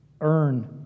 earn